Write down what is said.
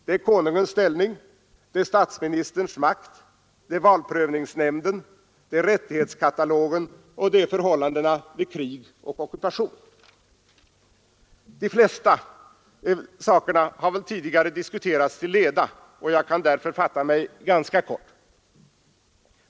Det är Konungens ställning, statsministerns makt, valprövningsnämnden, rättighetskatalogen, och det är förhållandena under krig och ockupation. De flesta av dessa saker har väl tidigare diskuterats till leda, och jag kan därför fatta mig ganska kort.